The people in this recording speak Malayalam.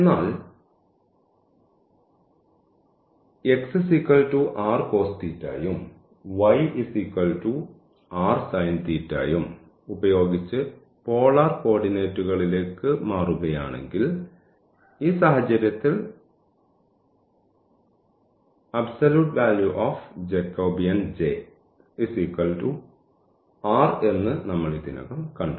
എന്നാൽ ഉം ഉം ഉപയോഗിച്ച് പോളാർ കോർഡിനേറ്റുകളിലേക്ക് മാറുകയാണെങ്കിൽ ഈ സാഹചര്യത്തിൽ എന്ന് നമ്മൾ ഇതിനകം കണ്ടു